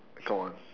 come on